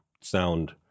sound